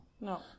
No